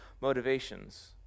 motivations